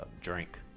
drink